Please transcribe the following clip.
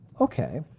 Okay